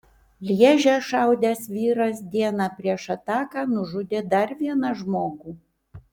lježe šaudęs vyras dieną prieš ataką nužudė dar vieną žmogų